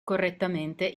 correttamente